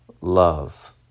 love